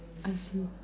I see